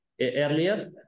earlier